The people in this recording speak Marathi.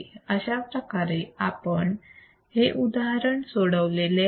अशाप्रकारे आपण हे उदाहरण सोडवलेले आहे